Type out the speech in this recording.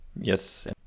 yes